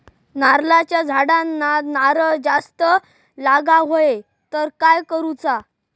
नारळाच्या झाडांना नारळ जास्त लागा व्हाये तर काय करूचा?